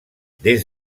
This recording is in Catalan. des